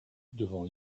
devant